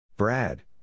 Brad